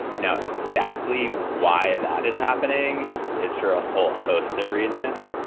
now exactly why that is happening is for a whole host of reasons,